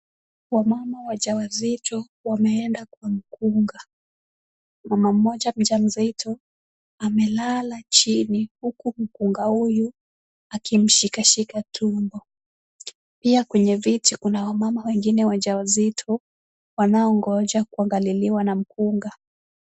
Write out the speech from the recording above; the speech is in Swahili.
Wamama waja wazito wameenda kwa mkunga, mamaa mmoja mjamzito amelala chini, huku mkunga huyu akimshikashika tumbo, pia kwenye viti kuna wamama wengine wajawazito wanaongoja kuangaliliwa na mkunga.